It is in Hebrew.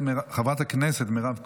חברת הכנסת מירב כהן,